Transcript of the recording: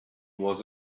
was